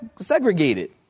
segregated